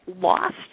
lost